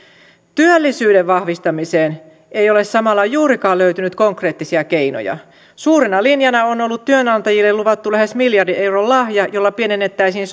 työllisyyden vahvistamiseen ei ole samalla juurikaan löytynyt konkreettisia keinoja suurena linjana on on ollut työnantajille luvattu lähes miljardin euron lahja jolla pienennettäisiin